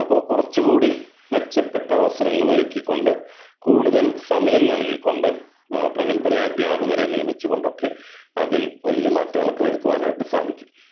അപ്പം കുറച്ച് കൂടി മെച്ചപ്പെട്ട അവസരങ്ങളൊരുക്കിക്കൊണ്ട് കൂടുതൽ സമയം നൽകി കൊണ്ട് പ്രഗത്ഭരായ അദ്ധ്യാപകരെ നിയമിച്ച് കൊണ്ടൊക്കെ അതിൽ വലിയ മാറ്റങ്ങളൊക്കെ വരുത്തുവാനായിട്ട് സാധിക്കും